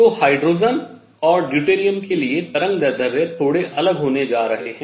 तो हाइड्रोजन और ड्यूटेरियम के लिए तरंगदैर्ध्य थोड़े अलग होने जा रहे हैं